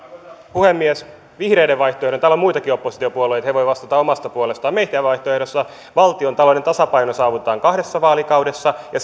puhemies vihreiden vaihtoehdossa täällä on muitakin oppositiopuolueita he voivat vastata omasta puolestaan valtiontalouden tasapaino saavutetaan kahdessa vaalikaudessa ja